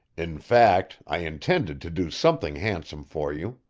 in fact, i intended to do something handsome for you.